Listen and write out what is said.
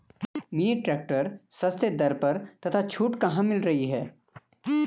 Mini tractor सस्ते दर पर तथा छूट कहाँ मिल रही है?